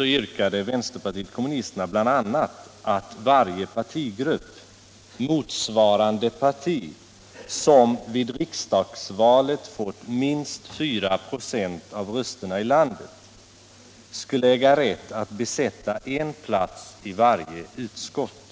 yrkade vänsterpartiet kommunisterna bl.a. att varje partigrupp, motsvarande parti som vid riksdagsvalet fått minst 4 26 av rösterna i landet, skulle äga rätt att besätta en plats i varje utskott.